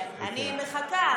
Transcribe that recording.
אני מחכה.